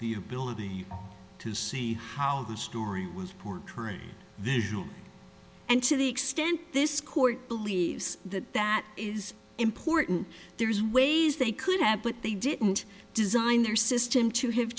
the ability to see how the story was current and to the extent this court believes that that is important there's ways they could have but they didn't design their system to have